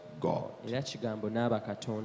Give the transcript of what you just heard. God